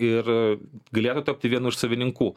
ir galėtų tapti vienu iš savininkų